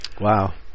Wow